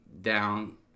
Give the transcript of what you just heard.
down